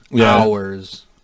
hours